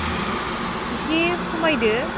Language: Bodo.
ए एसे खमायदो